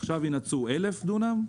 עכשיו ינעצו 1,000 דונם,